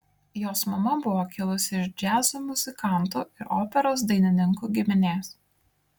jos mama buvo kilusi iš džiazo muzikantų ir operos dainininkų giminės